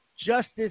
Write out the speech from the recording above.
justice